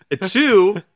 Two